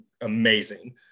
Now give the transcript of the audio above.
amazing